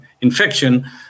infection